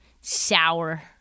sour